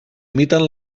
imiten